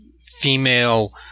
female